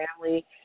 family